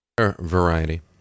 Variety